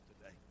today